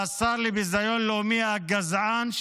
לשר לביזיון לאומי הגזען,